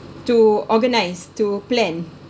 to organise to plan